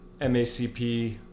MACP